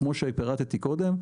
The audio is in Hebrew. כמו שפירטתי קודם,